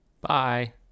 bye